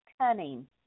cunning